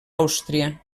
àustria